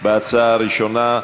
אם כן,